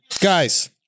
Guys